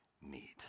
need